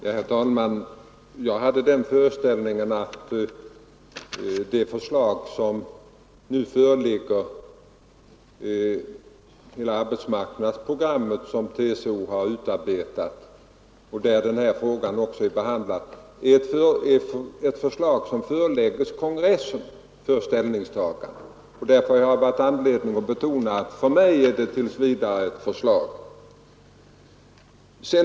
Herr talman! Jag hade den föreställningen att hela det arbetsmarknadsprogram som TCO har utarbetat och där den här frågan behandlas är ett förslag som kommer att föreläggas kongressen för ställningstagande, och därför har jag varit angelägen att betona att för mig är det tills vidare ett förslag.